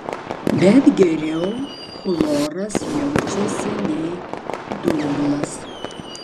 bet geriau chloras jaučiasi nei dumblas